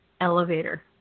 elevator